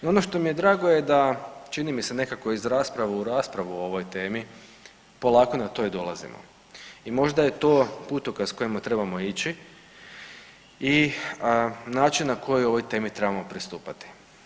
I ono što mi je drago da čini mi se nekako iz rasprave u raspravu o ovoj temi polako na to i dolazimo i možda je to putokaz kojim trebamo ići i način na koji o ovoj temi trebamo pristupati.